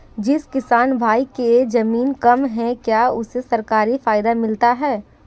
जिस किसान भाई के ज़मीन कम है क्या उसे सरकारी फायदा मिलता है?